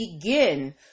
begin